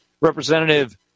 Representative